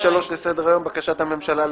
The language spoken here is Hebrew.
פה אחד בקשת יושבת-ראש הוועדה המיוחדת